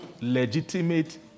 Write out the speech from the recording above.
Legitimate